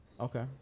Okay